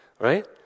right